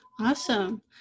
Awesome